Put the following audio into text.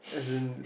as in